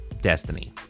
Destiny